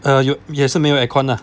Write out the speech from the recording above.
uh 有也是没有 aircon lah